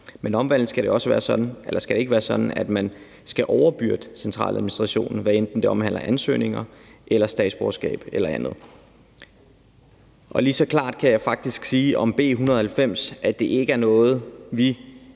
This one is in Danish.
Men omvendt skal det ikke være sådan, at man skal overbebyrde centraladministrationen, hvad enten det omhandler ansøgninger, statsborgerskab eller andet. Lige så klart kan jeg faktisk sige om B 190, at det ikke er noget, vi